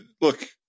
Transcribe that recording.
Look